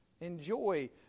Enjoy